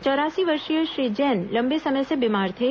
चौरासी वर्षीय श्री जैन लंबे समय से बीमार थे